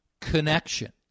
connection